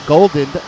Golden